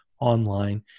online